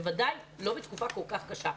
בוודאי לא בתקופה כל כך קשה.